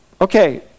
okay